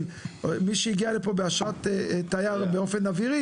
של מי שהגיע לפה באשרת תייר באופן אווירי